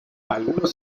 algunos